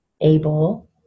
able